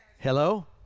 Hello